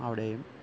അവിടെയും